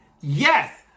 Yes